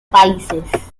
países